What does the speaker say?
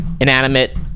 inanimate